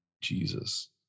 Jesus